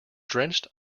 drenched